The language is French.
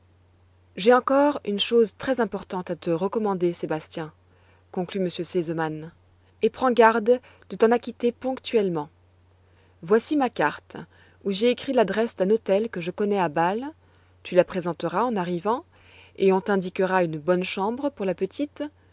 j'ai encore une chose très importante à te recommander sébastien conclut m r sesemann et prends garde de t'en acquitter ponctuellement voici ma carte où j'ai écrit l'adresse d'un hôtel que je connais à baie tu la présenteras en arrivant et on t'indiquera une bonne chambre pour la petite